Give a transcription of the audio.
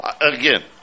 again